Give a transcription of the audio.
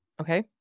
Okay